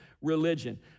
religion